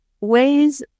ways